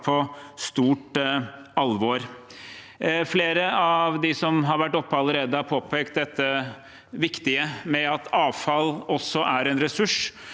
på stort alvor. Flere av dem som har vært oppe allerede, har påpekt dette viktige med at avfall også er en ressurs,